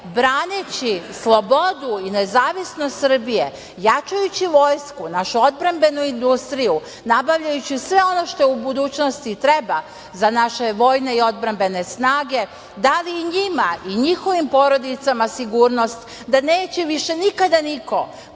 braneći slobodu i nezavisnost Srbije, jačajući Vojsku, našu odbrambenu industriju nabavljajući sve ono što u budućnosti treba za naše vojne i odbrambene snage dali i njima i njihovim porodicama sigurnost da neće više nikada niko